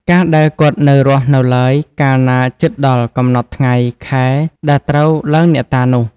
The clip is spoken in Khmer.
កាលដែលគាត់នៅរស់នៅឡើយកាលណាជិតដល់ កំណត់ថ្ងៃ ខែ ដែលត្រូវឡើងអ្នកតានោះ។